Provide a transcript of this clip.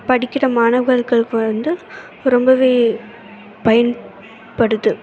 படிக்கிற மாணவர்கள்களுக்கு வந்து ரொம்ப பயன்படுது